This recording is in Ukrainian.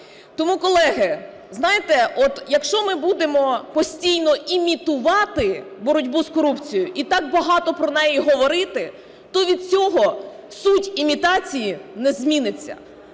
Тому, колеги, знаєте, от, якщо ми будемо постійно імітувати боротьбу з корупцією і так багато про неї говорити, то від цього суть імітації не зміниться.